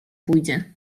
pójdzie